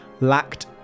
lacked